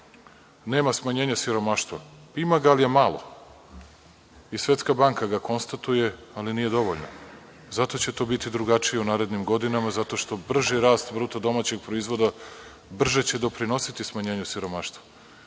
nema smanjenja siromaštva. Ima ga, ali je malo. I Svetska banka ga konstatuje, ali nije dovoljno. Zato će to biti drugačije u narednim godina, zato što će brži rast BDP-a brže doprinositi smanjenju siromaštva.